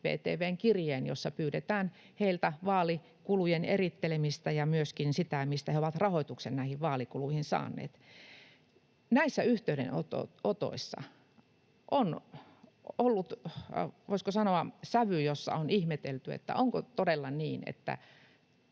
VTV:n kirjeen, jossa pyydetään heiltä vaalikulujen ja myöskin sen erittelemistä, mistä he ovat rahoituksen näihin vaalikuluihin saaneet. Näissä yhteydenotoissa on ollut, voisiko sanoa, sävy, jossa on ihmetelty, onko todella niin, että